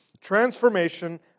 transformation